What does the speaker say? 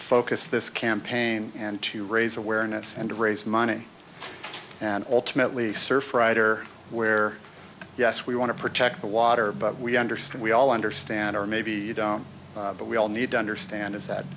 focus this campaign and to raise awareness and raise money and ultimately surfrider where yes we want to protect the water but we understand we all understand or maybe you don't but we all need to understand is that